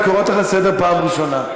אני קורא אותך לסדר פעם ראשונה.